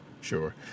sure